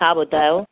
हा ॿुधायो